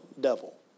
devil